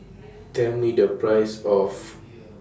Tell Me The Price of